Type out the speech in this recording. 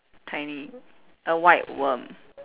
tiny a white worm